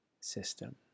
system